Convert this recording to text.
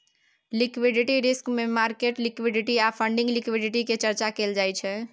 liquidity risk मे market liquidity आ funding liquidity के चर्चा कएल जाइ छै